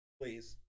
please